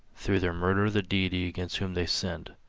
through their murder of the deity against whom they sinned.